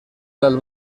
del